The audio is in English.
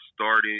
started